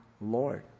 Lord